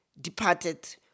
departed